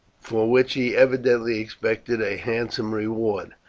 for which he evidently expected a handsome reward.